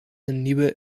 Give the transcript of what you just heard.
nieuwe